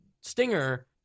Stinger